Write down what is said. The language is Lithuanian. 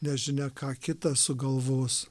nežinia ką kitą sugalvos